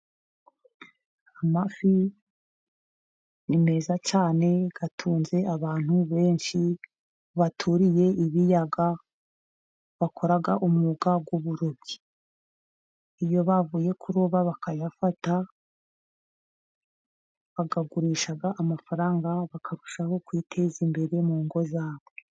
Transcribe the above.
Amafi ni meza cyane atunze abantu benshi baturiye ibiyaga bakora umwuga w'uburobyi. Iyo bavuye kuroba bakayafata bayagurisha amafaranga, bakarushaho kwiteza imbere mu ngo zabo.